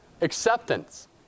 Acceptance